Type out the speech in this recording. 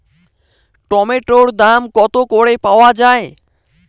টমেটোর দাম কত করে পাওয়া যায়?